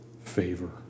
favor